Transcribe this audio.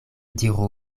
diru